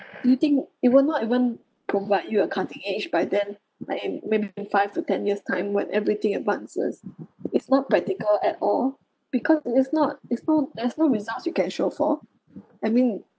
do you think it will not even provide you a cutting edge but then like in maybe five to ten years time when everything advances it's not practical at all because it is not it's not there's no results you can show for I mean